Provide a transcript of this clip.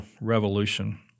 Revolution